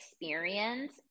experience